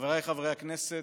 חבריי חברי הכנסת,